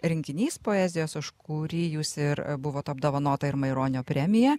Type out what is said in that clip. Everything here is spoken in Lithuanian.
rinkinys poezijos už kurį jūs ir buvot apdovanota ir maironio premija